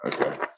Okay